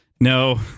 no